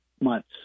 months